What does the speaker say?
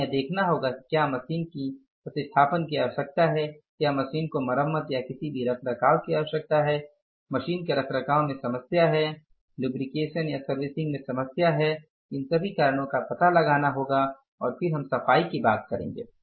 हमें यह देखना होगा कि क्या मशीन की प्रतिस्थापन की आवश्यकता है क्या मशीन को मरम्मत या किसी भी रखरखाव की आवश्यकता है मशीन के रखरखाव में समस्या है लुब्रिकेसन या सर्विसिंग में समस्या है इन सभी कारणों का पता लगाना होगा और फिर हम सफाई की बात करेंगे